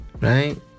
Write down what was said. Right